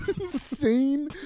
insane